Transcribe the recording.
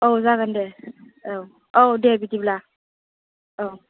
औ जागोन दे औ औ दे बिदिब्ला औ